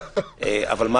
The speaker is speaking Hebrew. אבל מה